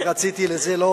זה היה